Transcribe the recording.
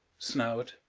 snout,